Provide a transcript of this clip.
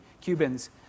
Cubans